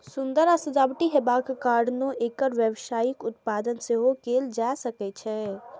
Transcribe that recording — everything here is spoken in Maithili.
सुंदर आ सजावटी हेबाक कारणें एकर व्यावसायिक उत्पादन सेहो कैल जा सकै छै